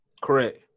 Correct